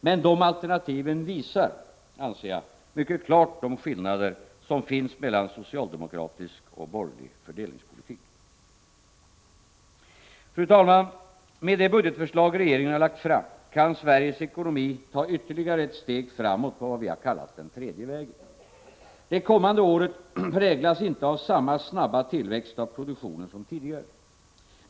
Men dessa alternativ visar mycket klart de skillnader som finns mellan socialdemokratisk och borgerlig fördelningspolitik. Fru talman! Med det budgetförslag regeringen lagt fram kan Sveriges ekonomi ta ytterligare ett steg framåt på vad vi kallat den tredje vägen. Det kommande året präglas inte av samma snabba tillväxt av produktionen som tidigare.